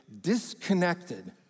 disconnected